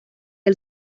del